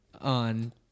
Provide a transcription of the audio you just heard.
on